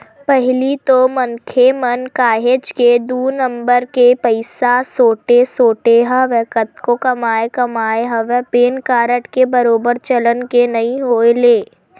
पहिली तो मनखे मन काहेच के दू नंबर के पइसा सोटे सोटे हवय कतको कमाए कमाए हवय पेन कारड के बरोबर चलन के नइ होय ले